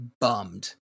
bummed